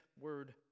word